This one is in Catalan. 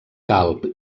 calb